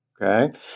Okay